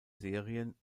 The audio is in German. serien